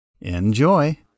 Enjoy